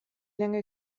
lange